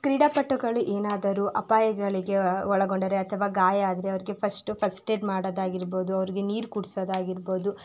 ಕ್ರೀಡಾಪಟುಗಳು ಏನಾದರೂ ಅಪಾಯಗಳಿಗೆ ಒಳಗೊಂಡರೆ ಅಥವಾ ಗಾಯ ಆದರೆ ಅವರಿಗೆ ಫಸ್ಟು ಫಸ್ಟ್ ಏಡ್ ಮಾಡೋದಾಗಿರ್ಬೋದು ಅವರಿಗೆ ನೀರು ಕುಡಿಸೋದಾಗಿರ್ಬೋದು